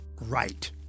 right